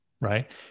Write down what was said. right